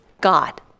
God